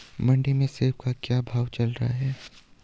मंडी में सेब का क्या भाव चल रहा है?